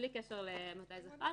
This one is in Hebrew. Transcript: בלי קשר מתי זה חל,